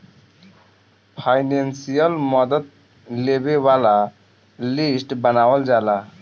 financial मदद लेबे वाला लिस्ट बनावल जाला